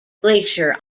glacier